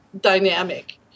dynamic